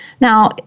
Now